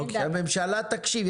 הממשלה תקשיב.